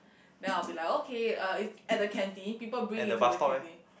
then I will be like okay uh is at the canteen people bring it to the canteen